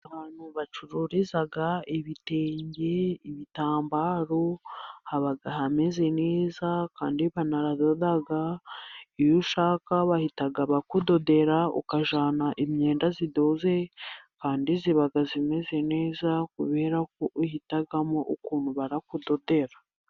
Ahantu bacururiza ibitenge, ibitambaro haba hameze neza kandi baradoda, iyo ushaka bahita bakudodera ukajyana imyenda idoze kandi iba imeze neza, kubera ko uhitamo ukuntu barakudodera.